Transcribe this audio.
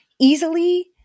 easily